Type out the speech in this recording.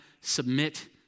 submit